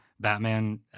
Batman